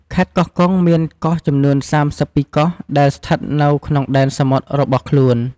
ខេត្តកោះកុងមាន កោះចំនួន ៣២ កោះដែលស្ថិតនៅក្នុងដែនសមុទ្ររបស់ខ្លួន។